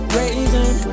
raising